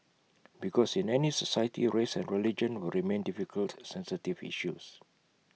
because in any society race and religion will remain difficult sensitive issues